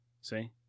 See